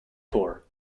tour